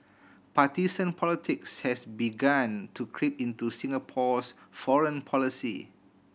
partisan politics has begun to creep into Singapore's foreign policy